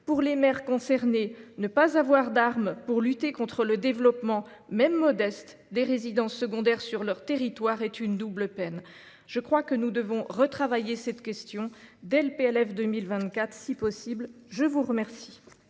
Pour les maires concernés, ne pas avoir d’arme pour lutter contre le développement, même modeste, des résidences secondaires sur leur territoire est une double peine. Nous leur devons de retravailler la question dès l’examen du projet de loi de